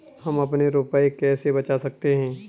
हम अपने रुपये कैसे बचा सकते हैं?